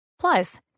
Plus